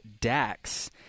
Dax